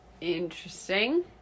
interesting